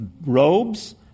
robes